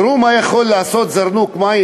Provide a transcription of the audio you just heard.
תראו מה יכול לעשות זרנוק מים,